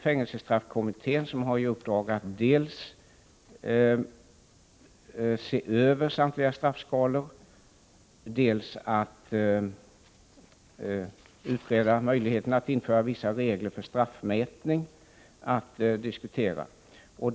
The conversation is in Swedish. Fängelsestraffkommittén, som har i uppdrag att dels se över samtliga straffskalor, dels utreda möjligheterna att införa vissa regler för straffmätning, kommer nu att diskutera dessa frågor.